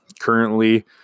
Currently